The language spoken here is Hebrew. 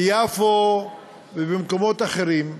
ביפו ובמקומות אחרים.